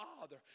Father